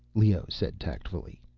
leoh said tactfully.